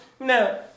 No